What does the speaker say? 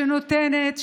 שנותנת,